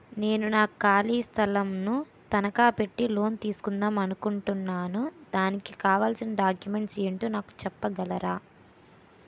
నేను నా ఖాళీ స్థలం ను తనకా పెట్టి లోన్ తీసుకుందాం అనుకుంటున్నా దానికి కావాల్సిన డాక్యుమెంట్స్ ఏంటో నాకు చెప్పగలరా?